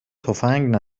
تفنگ